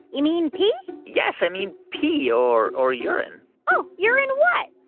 you mean pee? yes, i mean pee or or urine oh, urine what?